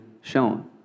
shown